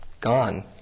gone